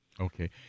Okay